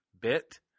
bit